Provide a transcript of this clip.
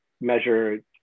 measure